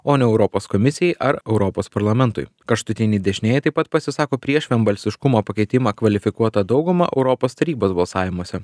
o ne europos komisijai ar europos parlamentui kraštutiniai dešinieji taip pat pasisako prieš vienbalsiškumo pakeitimą kvalifikuota dauguma europos tarybos balsavimuose